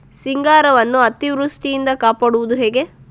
ಸಿಂಗಾರವನ್ನು ಅತೀವೃಷ್ಟಿಯಿಂದ ಕಾಪಾಡುವುದು ಹೇಗೆ?